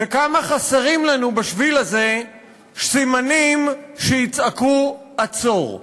וכמה חסרים לנו בשביל הזה סימנים שיצעקו "עצור".